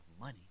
money